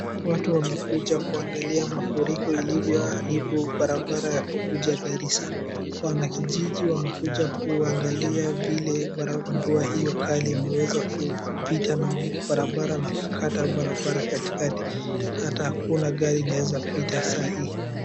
Watu wamekuja kuangalia mafuriko yalivyo haribu barabara ya kukuja Garissa. Wanakijiji wamekuja kuangalia vile mvua hio kali imeweza kupita na barabara na kukata barabara katikati, hata hakuna gari inaeza pita saa hii.